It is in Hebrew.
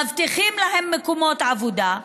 מבטיחים להם מקומות עבודה,